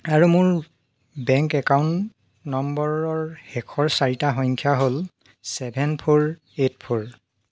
আৰু মোৰ bank account নম্বৰৰ শেষৰ চাৰিটা সংখ্যা হ'ল ছেভেন ফ'ৰ এইট ফ'ৰ